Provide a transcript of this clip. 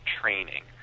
training